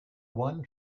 one